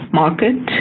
market